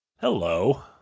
Hello